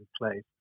place